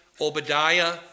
Obadiah